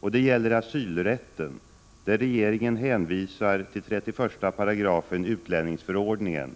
Och det gäller asylrätten, där regeringen hänvisar till 31 § utlänningsförordningen,